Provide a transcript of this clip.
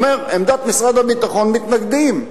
ואומר שעמדת משרד הביטחון: מתנגדים.